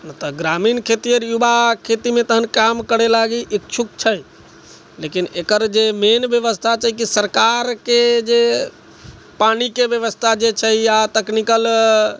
नहि तऽ ग्रामीण खेतीहर युवा तखन खेतीमे काम करै लागि इच्छुक छै लेकिन एकर जे मेन व्यवस्था छै कि सरकारके जे पानिके व्यवस्था जे छै आ टेक्निकल